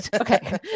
Okay